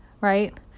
Right